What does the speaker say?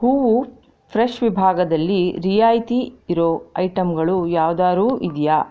ಹೂವು ಫ್ರೆಷ್ ವಿಭಾಗದಲ್ಲಿ ರಿಯಾಯಿತಿ ಇರೋ ಐಟಮ್ಗಳು ಯಾವುದಾರೂ ಇದೆಯಾ